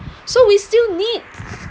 so we still need